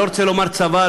אני לא רוצה לומר צוואה,